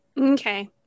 Okay